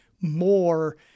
more